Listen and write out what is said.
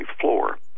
floor